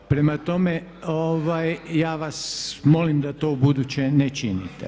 Prema tome, ja vas molim da to ubuduće ne činite.